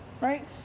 Right